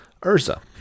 Urza